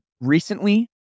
Recently